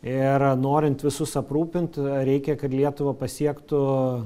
ir norint visus aprūpint reikia kad lietuvą pasiektų